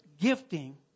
gifting